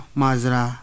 mazra